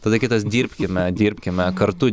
tada kitas dirbkime dirbkime kartu